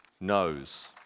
knows